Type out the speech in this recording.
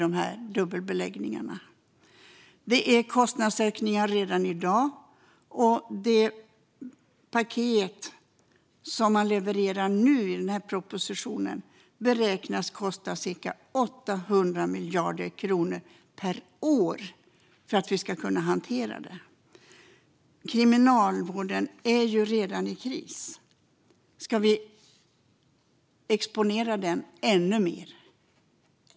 Kriminalvården har kostnadsökningar redan i dag, och det paket man levererar i denna proposition beräknas kosta ytterligare cirka 800 miljoner kronor per år för att det ska kunna hanteras. Kriminalvården är ju redan i kris; ska vi exponera den ännu mer?